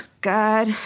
God